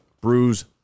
bruise